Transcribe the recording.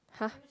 !huh!